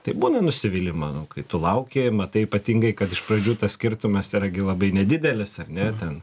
tai būna nusivylimą nu kai tu lauki matai ypatingai kad iš pradžių tas skirtumas yra gi labai nedidelis ar ne ten